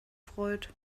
freut